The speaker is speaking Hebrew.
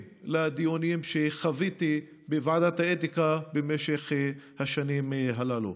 לדיונים שחוויתי בוועדת האתיקה במשך השנים הללו.